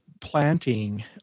planting